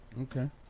Okay